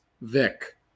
Vic